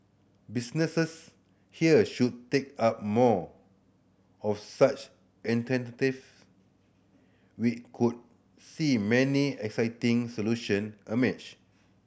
businesses here should take up more of such we could see many exciting solution